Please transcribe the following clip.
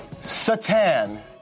Satan